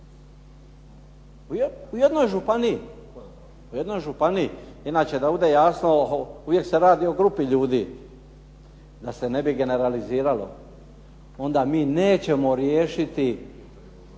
u jednoj županiji, inače da bude jasno uvijek se radi o grupi ljudi da se ne bi generaliziralo, onda mi nećemo riješiti